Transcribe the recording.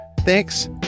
Thanks